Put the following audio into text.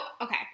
Okay